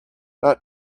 not